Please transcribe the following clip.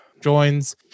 joins